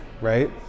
right